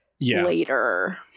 later